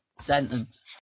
Sentence